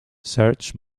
search